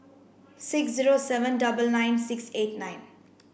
six zero seven double nine six eight nine